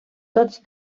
tots